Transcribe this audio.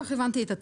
עשינו משהו